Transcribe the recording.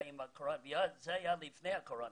זה היה לפני הקורונה,